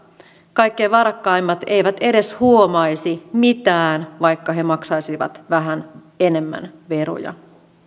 kaikkein varakkaimmat eivät edes huomaisi mitään vaikka he maksaisivat vähän enemmän veroja